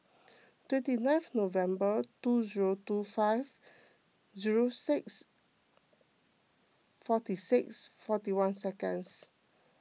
twenty ninth November two zero two five zero six forty six forty one seconds